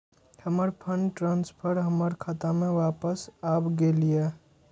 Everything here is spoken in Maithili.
हमर फंड ट्रांसफर हमर खाता में वापस आब गेल या